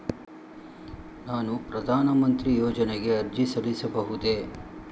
ನಾನು ಪ್ರಧಾನ ಮಂತ್ರಿ ಯೋಜನೆಗೆ ಅರ್ಜಿ ಸಲ್ಲಿಸಬಹುದೇ?